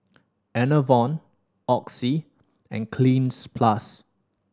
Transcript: Enervon Oxy and Cleanz Plus